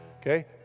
Okay